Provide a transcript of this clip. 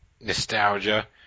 nostalgia